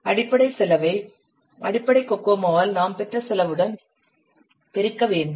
அடிப்படை செலவை அடிப்படை கோகோமோவால் நாம் பெற்ற செலவுடன் பெருக்க வேண்டும்